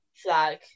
Flag